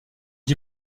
aux